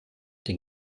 den